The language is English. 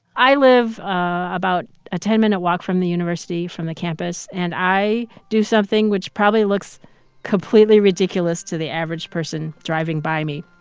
i live about a ten minute walk from the university, from the campus, and i do something which probably looks completely ridiculous to the average person driving by me.